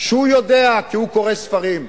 שהוא יודע, כי הוא קורא ספרים,